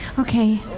okay,